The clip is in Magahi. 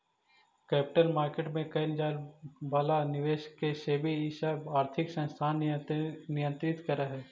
कैपिटल मार्केट में कैइल जाए वाला निवेश के सेबी इ सब आर्थिक संस्थान नियंत्रित करऽ हई